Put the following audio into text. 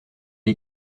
est